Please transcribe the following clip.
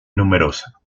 numerosa